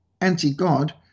anti-God